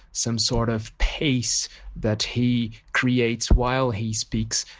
some sort of pace that he creates while he speaks.